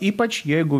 ypač jeigu